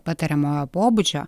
patariamojo pobūdžio